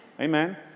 Amen